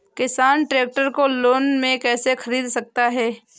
किसान ट्रैक्टर को लोन में कैसे ख़रीद सकता है?